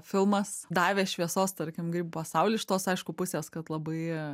filmas davė šviesos tarkim grybų pasaulį iš tos aišku pusės kad labai